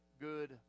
good